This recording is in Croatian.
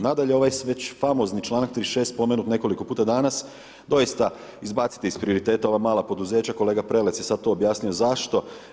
Nadalje, ovaj već, famozni čl. 36. spomenut nekoliko puta danas, dosita, izbaciti iz prioriteta ova mala poduzeća, kolega Prelec je sad to objasnio zašto.